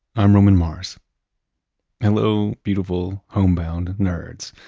i'm roman mars hello beautiful, homebound nerds.